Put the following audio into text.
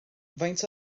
faint